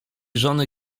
żony